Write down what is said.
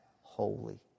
holy